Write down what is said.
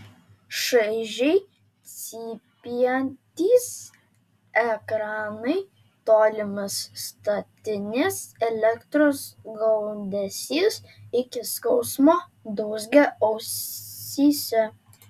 šaižiai cypiantys ekranai tolimas statinės elektros gaudesys iki skausmo dūzgė ausyse